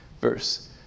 verse